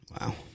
Wow